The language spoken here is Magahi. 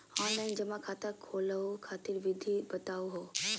ऑनलाइन जमा खाता खोलहु खातिर विधि बताहु हो?